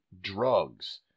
drugs